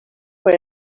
por